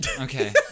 okay